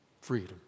freedom